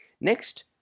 Next